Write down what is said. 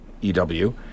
EW